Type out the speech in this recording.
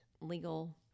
legal